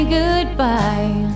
goodbye